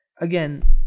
again